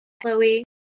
Chloe